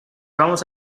vamos